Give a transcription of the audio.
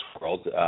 world